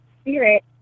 spirit